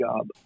job